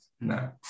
No